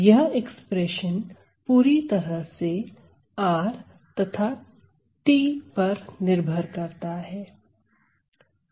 यह एक्सप्रेशन पूरी तरह से r तथा t पर निर्भर करता है